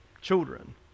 children